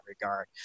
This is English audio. regard